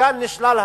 כאן נשללה